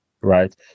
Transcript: right